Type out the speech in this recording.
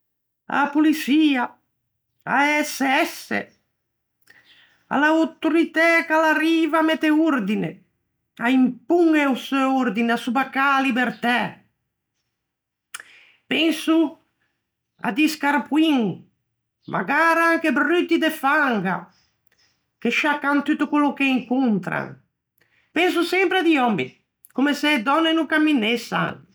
A-a poliçia, a-e SS, à l'autoritæ che a l'arriva à mette ordine, à impoñe o seu ordine, à sobaccâ a libertæ. Penso à di scarpoin, magara anche brutti de fanga, che sciaccan tutto quello che incontran. Penso sempre à di òmmi, comme se e dònne no camminessan!